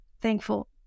thankful